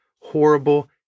horrible